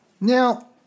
Now